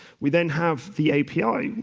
we then have the api,